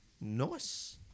Nice